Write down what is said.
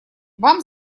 вам